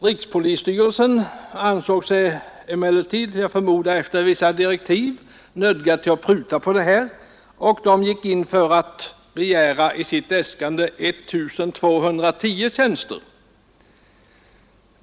Rikspolisstyrelsen ansåg sig emellertid, jag förmodar efter vissa direktiv, nödgad att pruta på detta, och den gick in för att i sitt äskande begära 1 210 tjänster.